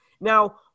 Now